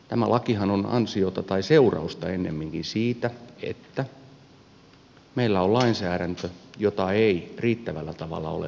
tämä lakihan on ansiota tai seurausta ennemminkin siitä että meillä on lainsäädäntö jota ei riittävällä tavalla ole noudatettu